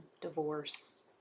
divorce